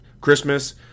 Christmas